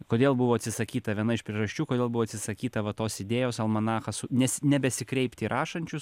kodėl buvo atsisakyta viena iš priežasčių kodėl buvo atsisakyta va tos idėjos almanachą su nes nebesikreipti į rašančius